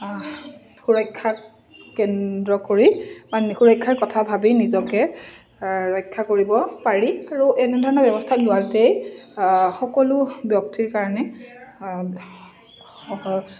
সুৰক্ষা কেন্দ্ৰ কৰি বা সুৰক্ষাৰ কথা ভাবি নিজকে ৰক্ষা কৰিব পাৰি আৰু এনেধৰণৰ ব্যৱস্থা লোৱাটোৱে সকলো ব্যক্তিৰ কাৰণে